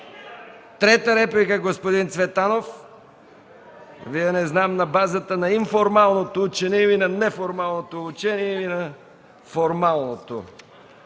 Трета реплика – господин Цветанов. Вие, не знам на базата на информалното учене или на неформалното учене, или на формалното